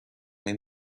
and